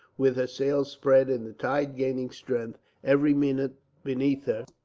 with her sails spread and the tide gaining strength every minute beneath her,